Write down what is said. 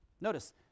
Notice